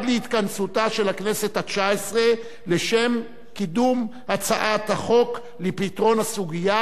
להתכנסותה של הכנסת התשע-עשרה לשם קידום הצעת החוק לפתרון הסוגיה,